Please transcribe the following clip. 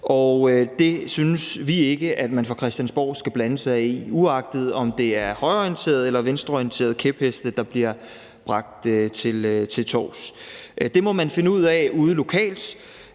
og det synes vi ikke at man fra Christiansborgs side skal blande sig i, uagtet om det er højreorienterede eller venstreorienterede kæpheste, der bliver bragt til torvs. Det må man finde ud af ude lokalt.